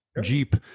Jeep